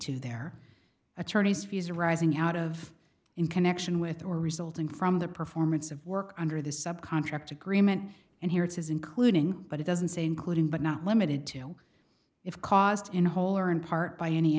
to their attorney's fees arising out of in connection with or resulting from the performance of work under the sub contract agreement and here it is including but it doesn't say including but not limited to if caused in whole or in part by any